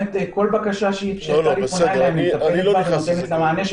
כל בקשה שטלי פונה אליה היא מטפלת בה ונותנת לה מענה,